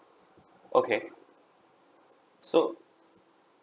okay so